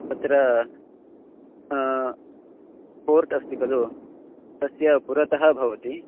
तत्र कोर्ट् अस्ति खलु तस्य पुरतः भवति